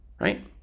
Right